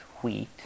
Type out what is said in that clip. wheat